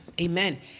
Amen